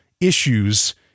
issues